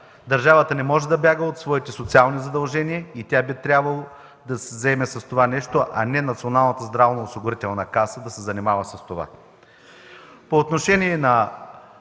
Държавата не може да бяга от социалните си задължения и тя би трябвало да се заеме с това нещо, а не Националната здравноосигурителна каса да се занимава с това.